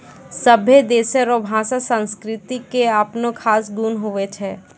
सभै देशो रो भाषा संस्कृति के अपनो खास गुण हुवै छै